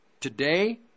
today